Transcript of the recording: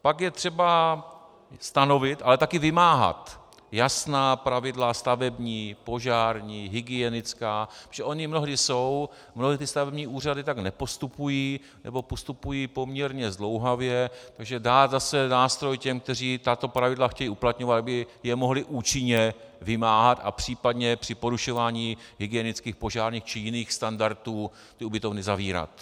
Pak je třeba stanovit, ale taky vymáhat jasná pravidla stavební, požární, hygienická, protože ona mnohdy jsou, mnohé ty stavební úřady tak nepostupují, nebo postupují poměrně zdlouhavě, takže dát zase nástroj těm, kteří tato pravidla chtějí uplatňovat, aby je mohli účinně vymáhat a případně při porušování hygienických, požárních či jiných standardů ty ubytovny zavírat.